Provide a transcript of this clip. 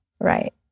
Right